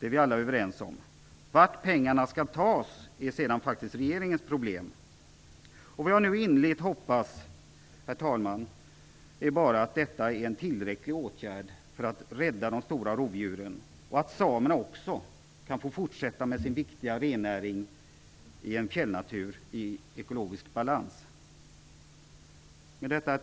det som vi alla är överens om. Vart pengarna sedan skall tas ifrån är faktiskt regeringens problem. Vad jag nu innerligt hoppas är bara att detta är en tillräcklig åtgärd för rädda de stora rovdjuren och att samerna också kan få fortsätta sin viktiga rennäring i en fjällnatur i ekologisk balans. Herr talman!